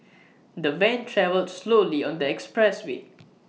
the van travelled slowly on the expressway